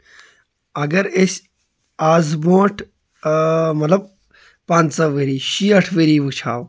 اَگر أسۍ آز برونٛٹھ مطلب پَنٛژاہ ؤری شیٹھ ؤری وٕچھ ہو